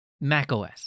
macOS